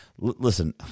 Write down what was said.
Listen